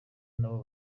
nabo